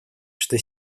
что